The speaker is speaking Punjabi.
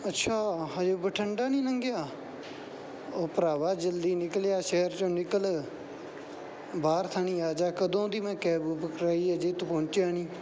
ਅੱਛਾ ਹਜੇ ਬਠਿੰਡਾ ਨਹੀਂ ਲੰਘਿਆ ਉਹ ਭਰਾਵਾ ਜਲਦੀ ਨਿਕਲਿਆ ਸ਼ਹਿਰ 'ਚੋਂ ਨਿਕਲ ਬਾਹਰ ਥਾਣੀ ਆਜਾ ਕਦੋਂ ਦੀ ਮੈਂ ਕੈਬ ਬੁੱਕ ਕਰਵਾਈ ਹੈ ਅਜੇ ਤੂੰ ਪਹੁੰਚਿਆ ਨਹੀਂ